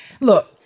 look